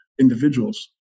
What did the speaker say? individuals